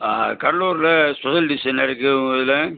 கடலூரில் special dish என்ன இருக்குது உங்கள் இதில்